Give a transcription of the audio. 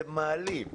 זה מעליב.